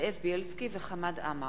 זאב בילסקי וחמד עמאר.